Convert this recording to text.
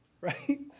right